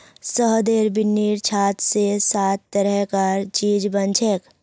शहदेर बिन्नीर छात स सात तरह कार चीज बनछेक